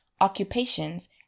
occupations